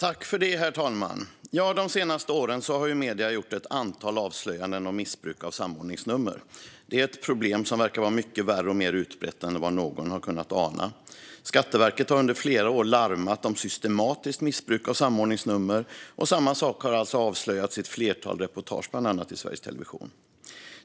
Herr talman! De senaste åren har medierna gjort ett antal avslöjanden om missbruk av samordningsnummer. Det är ett problem som verkar vara mycket värre och mer utbrett än vad någon har kunnat ana. Skatteverket har under flera år larmat om systematiskt missbruk av samordningsnummer, och samma sak har avslöjats i ett flertal reportage, bland annat i Sveriges Television.